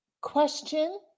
question